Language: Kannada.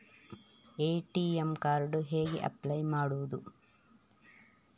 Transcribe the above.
ಎ.ಟಿ.ಎಂ ಕಾರ್ಡ್ ಗೆ ಹೇಗೆ ಅಪ್ಲೈ ಮಾಡುವುದು?